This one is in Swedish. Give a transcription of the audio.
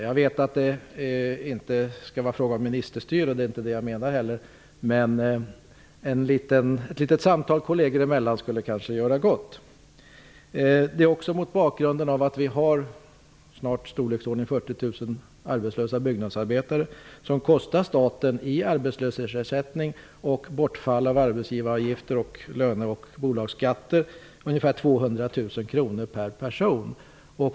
Jag vet att det inte skall förekomma något ministerstyre, och det är inte heller det som jag frågar efter, men ett litet samtal kolleger emel lan skulle kanske göra gott. Vi har snart i storleksordningen 40 000 arbets lösa byggnadsarbetare som kostar staten i arbets löshetsersättning och i bortfall av arbetsgivarav gifter, löne och bolagsskatter ca 200 000 kr per person.